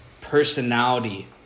personality